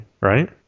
right